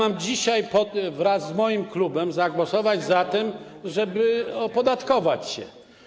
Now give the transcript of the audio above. A dzisiaj wraz z moim klubem mam zagłosować za tym, żeby opodatkować się?